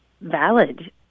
valid